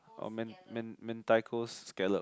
or men men mentaiko scallop